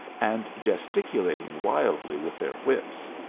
and gesticulating wildly with their whips.